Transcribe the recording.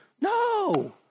No